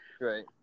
Right